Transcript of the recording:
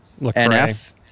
NF